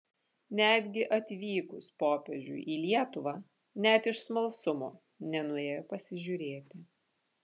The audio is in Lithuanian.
netgi atvykus popiežiui į lietuvą net iš smalsumo nenuėjo pasižiūrėti